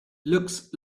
looks